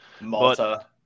Malta